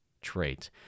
trait